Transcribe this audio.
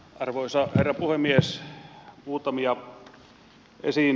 arvoisa herra puhemies